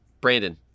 Brandon